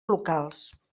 locals